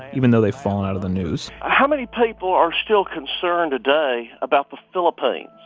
even though they've fallen out of the news ah how many people are still concerned today about the philippines?